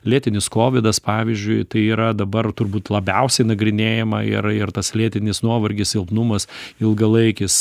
lėtinis kovidas pavyzdžiui tai yra dabar turbūt labiausiai nagrinėjama ir ir tas lėtinis nuovargis silpnumas ilgalaikis